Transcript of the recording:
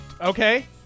Okay